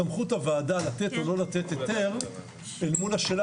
סמכות הוועדה לתת או לא לתת היתר מול השאלה